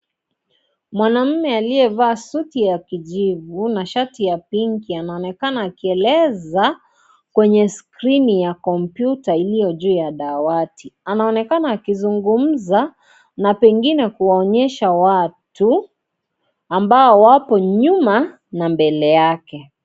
Mwanaume aliyevaa suti ya kijivu na shati ya pinki anaonekana akieleza kwenye screen ya kompyuta iliyo juu ya dawati anaonekana akizungumza na pengine kuwaonyesha watu ambao wapo nyuma na mbele yake .